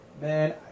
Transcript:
Man